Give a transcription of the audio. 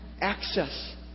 access